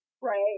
right